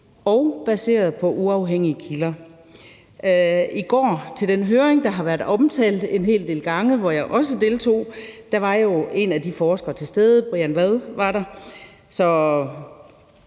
og baseret på uafhængige kilder. I går til den høring, der har været omtalt en hel del gange, hvor jeg også deltog, var en af de forskere til stede, nemlig Brian Vad. Jeg